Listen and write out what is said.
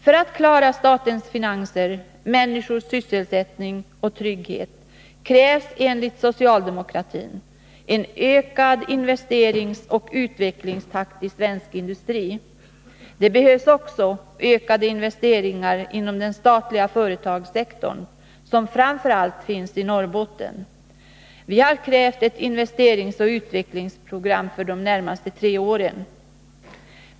För att klara statens finanser och människors sysselsättning och trygghet krävs enligt socialdemokraterna en ökad investeringsoch utvecklingstakt i svensk industri. Det behövs också ökade investeringar inom den statliga företagssektorn, som framför allt finns i Norrbotten. Vi har krävt ett investeringsoch utvecklingsprogram för de närmaste tre åren.